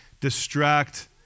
distract